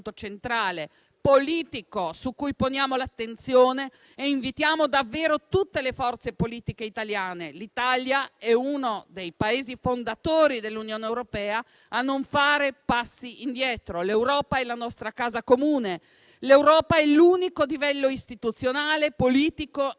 centrale, politico, su cui poniamo l'attenzione. Invitiamo davvero tutte le forze politiche italiane - l'Italia è uno dei Paesi fondatori dell'Unione europea - a non fare passi indietro. L'Europa è la nostra casa comune. L'Europa è l'unico livello istituzionale e politico